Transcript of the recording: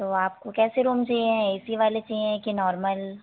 तो आपको कैसे रूम चाहिए ए सी वाले चाहिए कि नार्मल